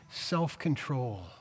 self-control